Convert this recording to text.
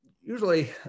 usually